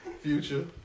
Future